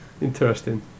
Interesting